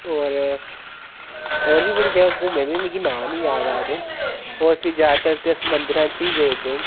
और होर बी बड़ी जगह घुम्मे दे मिगी ना नी याद आ दे और फिर ज्यादातर ते अस मंदरां च ही गेदे